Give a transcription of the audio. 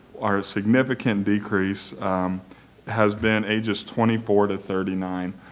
our significant decrease has been ages twenty four to thirty nine,